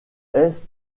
est